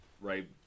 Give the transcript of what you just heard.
right